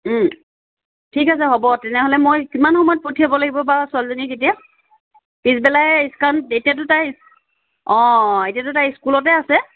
ঠিক আছে হ'ব তেনেহ'লে মই কিমান সময়ত পঠিয়াব লাগিব বাৰু ছোৱালীজনীক এতিয়া পিছবেলাই কাৰণ এতিয়াতো তাই অ এতিয়াতো তাই স্কুলতে আছে